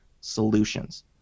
solutions